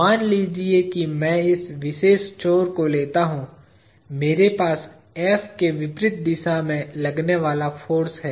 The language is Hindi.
मान लीजिए कि मैं इस विशेष छोर को लेता हूं मेरे पास F के विपरीत दिशा में लगने वाला फाॅर्स है